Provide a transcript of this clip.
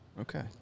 Okay